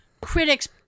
critics